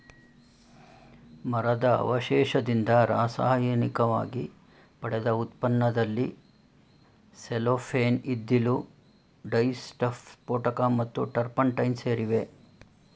ಮರದ ಅವಶೇಷದಿಂದ ರಾಸಾಯನಿಕವಾಗಿ ಪಡೆದ ಉತ್ಪನ್ನದಲ್ಲಿ ಸೆಲ್ಲೋಫೇನ್ ಇದ್ದಿಲು ಡೈಸ್ಟಫ್ ಸ್ಫೋಟಕ ಮತ್ತು ಟರ್ಪಂಟೈನ್ ಸೇರಿವೆ